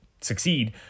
succeed